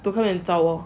to come and 找我